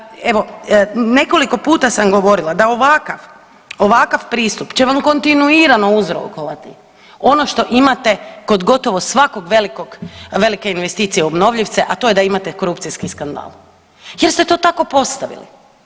Evo nekoliko puta sam govorila da ovakav pristup će vam kontinuirano uzrokovati ono što imate kod gotovo svake velike investicije obnovljivce, a to je da imate korupcijski skandal jer ste to tako postavili.